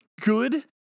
good